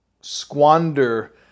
squander